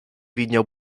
widniał